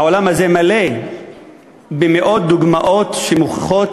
העולם הזה מלא במאות דוגמאות שמוכיחות